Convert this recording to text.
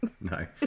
No